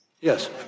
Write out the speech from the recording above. Yes